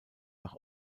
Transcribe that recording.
nach